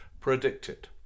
predicted